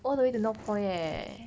all the way to north point eh